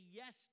yes